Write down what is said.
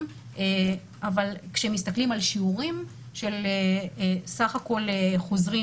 אבל כשמסתכלים על שיעורי סך כל החוזרים,